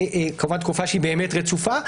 כמובן תקופה שהיא באמת רצופה,